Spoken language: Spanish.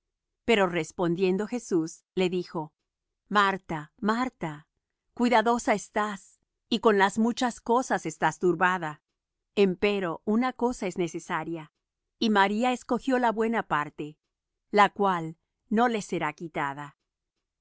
pero respondiendo jesús le dijo marta marta cuidadosa estás y con las muchas cosas estás turbada empero una cosa es necesaria y maría escogió la buena parte la cual no le será quitada